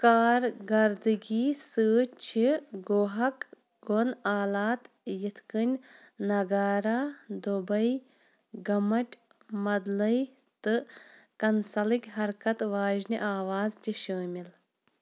کارگردٕگی سۭتۍ چھِ گوہاک گۅن آلات یِتھٕ کٔنۍ ناگارا دوبے گھمٹ مدلے تہٕ کنسلٕکۍ حرکَت واجیٚنہِ آوازٕ تہِ شٲمِل